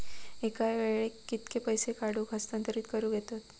एका वेळाक कित्के पैसे काढूक व हस्तांतरित करूक येतत?